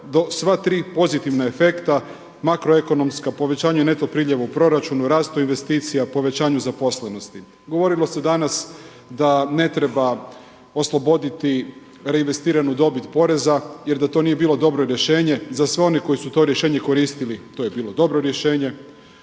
sva tri pozitivna efekta makroekonomskom povećanju i neto priljevu proračunu, rastu investicija, povećanju zaposlenosti. Govorilo se danas da ne treba osloboditi reinvestiranu dobit poreza jer da to nije bilo dobro rješenje za sve one koji su to rješenje koristili. To je bilo dobro rješenje.